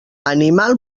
animal